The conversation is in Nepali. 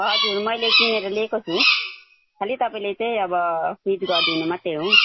हजुर मैले किनेर ल्याएको छु खालि तपाईँले चाहिँ अब फिट गरिदिनु मात्रै हो